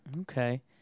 okay